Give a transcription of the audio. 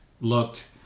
looked